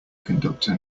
conductor